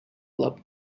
club